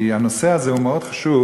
כי הנושא הזה הוא מאוד חשוב,